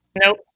nope